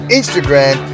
instagram